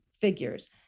figures